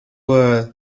were